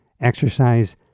exercise